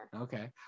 Okay